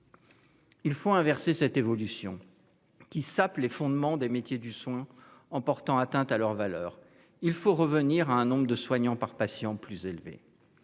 Il faut inverser cette évolution qui sape les fondements des métiers du soin en portant atteinte à leurs valeurs. Il faut revenir à un nombre de soignants par patient plus élevé.